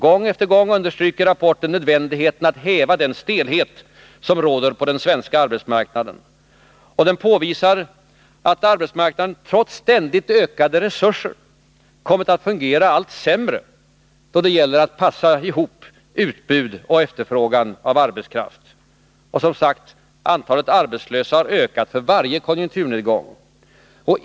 Gång på gång understryks i rapporten nödvändigheten av att häva den stelhet som råder på den svenska arbetsmarknaden, och det påvisas att arbetsmarknaden trots ständigt ökade resurser kommit att fungera allt sämre då det gäller att passa ihop utbud och efterfrågan av arbetskraft. Som sagt, antalet arbetslösa har ökat för varje konjunkturnedgång.